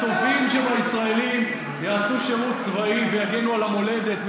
הטובים שבישראלים יעשו שירות צבאי ויגנו על המולדת,